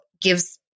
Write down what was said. gives